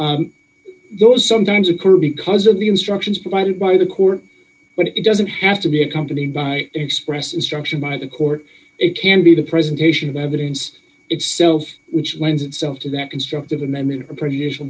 variance those sometimes occur because of the instructions provided by the court but it doesn't have to be accompanied by express instruction by the court it can be the presentation of evidence itself which lends itself to that constructive amendment or prejudicial